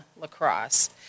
Lacrosse